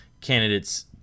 candidates